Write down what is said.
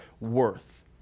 worth